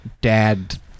dad